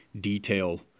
detail